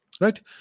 right